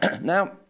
Now